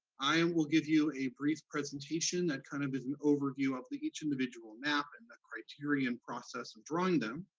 i and will give you a brief presentation that kind of is an overview of the each individual map and the criterion process of drawing them.